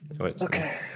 Okay